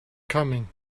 coming